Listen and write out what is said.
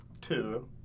two